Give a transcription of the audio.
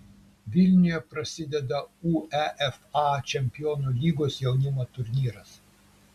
vilniuje prasideda uefa čempionų lygos jaunimo turnyras